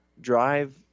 drive